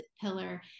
pillar